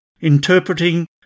interpreting